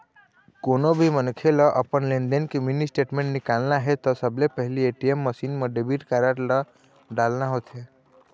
कोनो भी मनखे ल अपन लेनदेन के मिनी स्टेटमेंट निकालना हे त सबले पहिली ए.टी.एम मसीन म डेबिट कारड ल डालना होथे